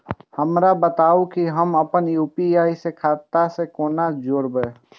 हमरा बताबु की हम आपन यू.पी.आई के खाता से कोना जोरबै?